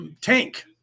tank